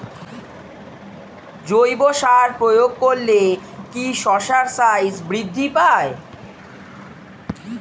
জৈব সার প্রয়োগ করলে কি শশার সাইজ বৃদ্ধি পায়?